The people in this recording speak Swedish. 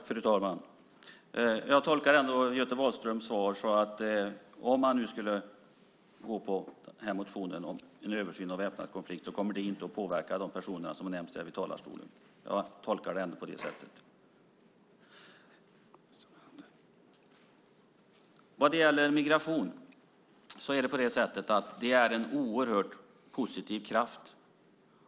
Fru talman! Jag tolkar ändå Göte Wahlströms svar på det sättet att om man skulle följa den här motionen om en översyn av begreppet väpnad konflikt kommer det inte att påverka de personer som har nämnts här i talarstolen. Jag tolkar det ändå på det sättet. Migration är en oerhört positiv kraft.